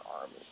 army